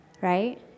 right